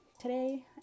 Today